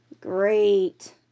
Great